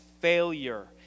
failure